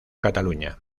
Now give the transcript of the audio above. cataluña